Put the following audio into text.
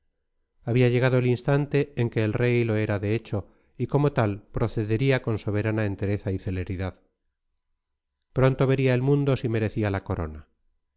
había llegado el instante en que el rey lo era de hecho y como tal procedería con soberana entereza y celeridad pronto vería el mundo si merecía la corona